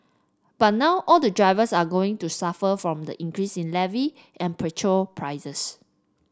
but now all the drivers are going to suffer from the increase in levy and petrol prices